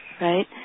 Right